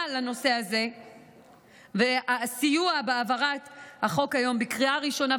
לנושא הזה ואת הסיוע בהעברת החוק היום בקריאה ראשונה,